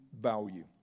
value